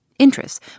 interests